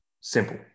Simple